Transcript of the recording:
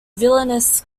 villainous